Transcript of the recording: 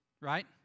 right